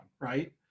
right